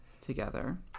together